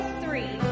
three